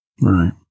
Right